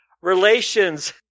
relations